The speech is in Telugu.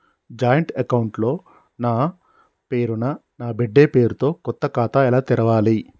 జాయింట్ అకౌంట్ లో నా పేరు నా బిడ్డే పేరు తో కొత్త ఖాతా ఎలా తెరవాలి?